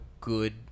good